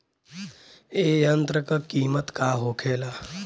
ए यंत्र का कीमत का होखेला?